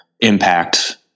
impact